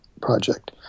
project